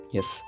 Yes